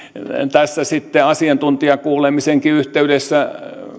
tässä asiantuntijakuulemisenkin yhteydessä